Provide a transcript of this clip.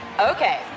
Okay